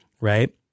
right